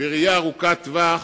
בראייה ארוכת טווח,